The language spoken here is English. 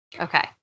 Okay